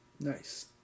Nice